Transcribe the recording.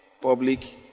public